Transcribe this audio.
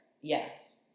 Yes